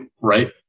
Right